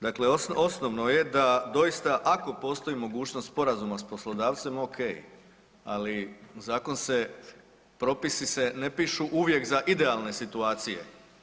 Dakle, osnovno je da doista ako postoji mogućnost sporazuma s poslodavcem ok, ali zakon se, propisi se ne pišu uvijek za idealne situacije.